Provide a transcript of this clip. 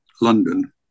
london